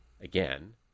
again